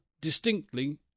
distinctly